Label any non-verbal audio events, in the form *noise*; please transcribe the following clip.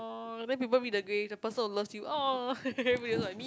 oh then people meet the gay the person who loves you oh *laughs* which is like me